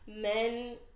men